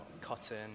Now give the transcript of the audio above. cotton